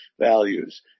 values